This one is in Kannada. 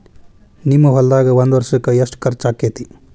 ನಿಮ್ಮ ಹೊಲ್ದಾಗ ಒಂದ್ ವರ್ಷಕ್ಕ ಎಷ್ಟ ಖರ್ಚ್ ಆಕ್ಕೆತಿ?